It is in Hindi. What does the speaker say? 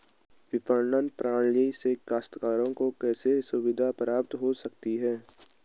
विपणन प्रणाली से काश्तकारों को कैसे सुविधा प्राप्त हो सकती है?